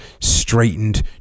straightened